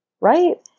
right